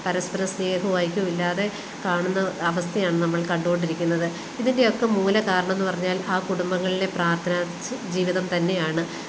പരസ്പരം സ്നേഹമോ ഐക്യവുമില്ലാതെ കാണുന്ന അവസ്ഥയാണ് നമ്മൾ കണ്ടുകൊണ്ടിരിക്കുന്നത് ഇതിന്റെയൊക്കെ മൂല കാരണം എന്ന് പറഞ്ഞാൽ ആ കുടുംബങ്ങളിലെ പ്രാർത്ഥനാ ജീവിതം തന്നെയാണ്